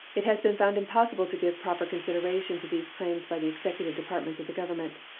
it has been found impossible to give proper consideration to these claims by the executive departments of the government.